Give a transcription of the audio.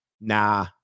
Nah